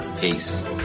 Peace